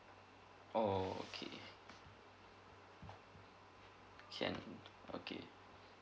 orh okay can okay